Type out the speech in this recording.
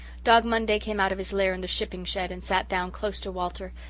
dog monday came out of his lair in the shipping-shed and sat down close to walter,